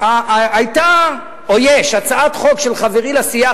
היתה או יש הצעת חוק של חברי לסיעה,